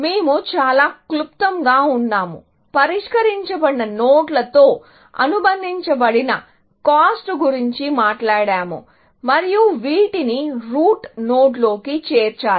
మేము చాలా క్లుప్తంగా ఉన్నాము పరిష్కరించబడిన నోడ్లతో అనుబంధించబడిన కాస్ట్ గురించి మాట్లాడాము మరియు వీటిని రూట్ నోడ్లోకి చేర్చాలి